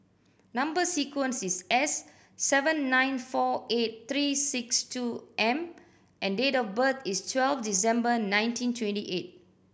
number sequence is S seven nine four eight three six two M and date of birth is twelve December nineteen twenty eight